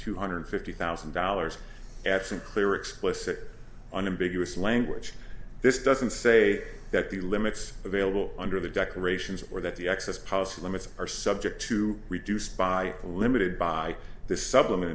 two hundred fifty thousand dollars absent clear explicit unambiguous language this doesn't say that the limits available under the decorations or that the excess policy limits are subject to reduced by a limited by the supplement